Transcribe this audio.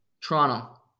Toronto